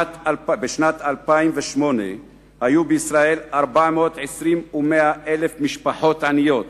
בשנת 2008 היו בישראל 420,100 משפחות עניות,